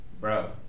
bro